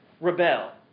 rebel